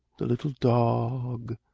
the little dog.